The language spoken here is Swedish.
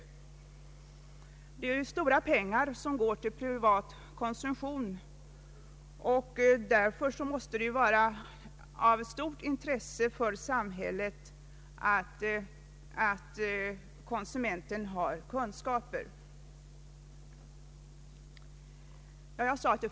Eftersom det är mycket stora pengar som går till privat konsumtion måste det vara av stort intresse för samhället att konsumenten har goda kunskaper om de varor som utbjuds.